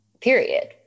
period